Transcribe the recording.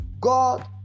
God